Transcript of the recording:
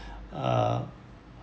uh